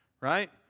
right